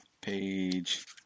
page